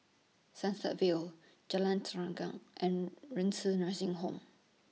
Sunset Vale Jalan Terentang and Renci Nursing Home